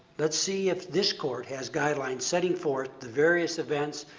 let's see if this court has guidelines setting forth the various events,